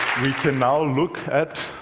we can now look at